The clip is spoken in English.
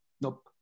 Nope